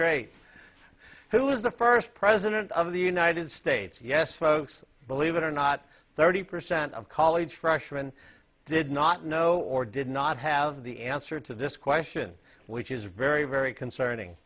great who's the first president of the united states yes folks believe it or not thirty percent of college freshman did not know or did not have the answer to this question which is very very concerning